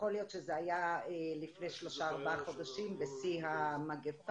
יכול להיות שזה היה לפני שלושה-ארבעה חודשים בשיא המגפה.